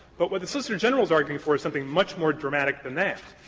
but what the solicitor general is arguing for is something much more dramatic than that.